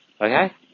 okay